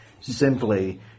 simply